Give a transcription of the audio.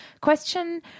question